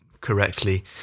correctly